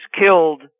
killed